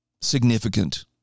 significant